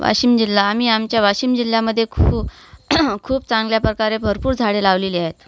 वाशिम जिल्हा आम्ही आमच्या वाशिम जिल्ह्यामध्ये खूप खूप चांगल्या प्रकारे भरपूर झाडे लावलेली आहेत